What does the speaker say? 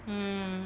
mm